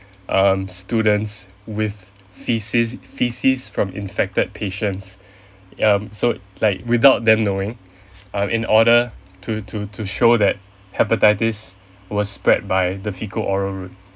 um students with faeces faeces from infected patients um so like without them knowing um in order to to to show that hepatitis was spread by the fecal oral route